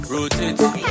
Rotate